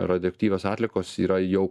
radioaktyvios atliekos yra jau